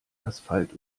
asphalt